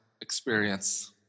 experience